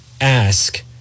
ask